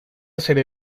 serie